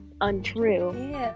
untrue